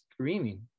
screaming